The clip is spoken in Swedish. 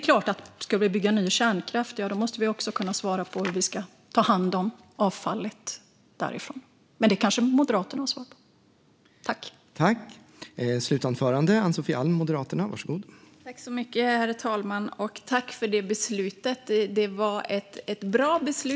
Ska vi bygga ny kärnkraft måste vi också kunna svara på hur vi ska ta hand om avfallet därifrån, men det kanske Moderaterna har svar på.